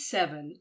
Seven